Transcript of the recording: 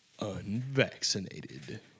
Unvaccinated